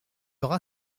aura